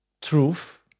truth